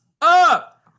up